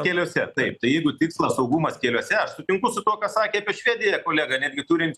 keliuose taip tai jeigu tikslas saugumas keliuose aš sutinku su tuo ką sakė apie švediją kolega netgi turint